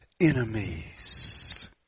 enemies